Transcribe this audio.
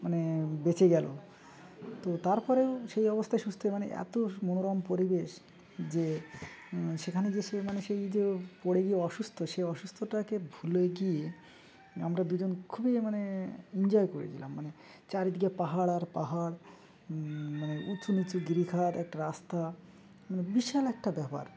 মানে বেঁচে গেল তো তারপরেও সেই অবস্থায় সুস্থে মানে এত মনোরম পরিবেশ যে সেখানে যে মানে সেই যে পড়ে গিয়ে অসুস্থ সেই অসুস্থটাকে ভুলে গিয়ে আমরা দুজন খুবই মানে এনজয় করেছিলাম মানে চারিদিকে পাহাড় আর পাহাড় মানে উঁচু নিচু গিরি একটা রাস্তা মানে বিশাল একটা ব্যাপার